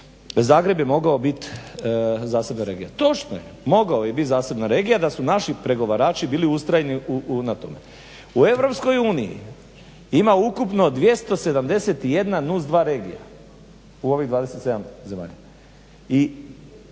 Zagreb je mogao biti zasebna regija. Točno je, mogao je biti zasebna regija da su naši pregovarači bili ustrajeni u tome. U EU ima ukupno 271 NUC regija u ovih 27 zemalja